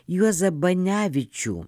juozą banevičių